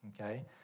Okay